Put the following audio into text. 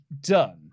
done